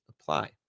apply